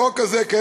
לחוק הזה יש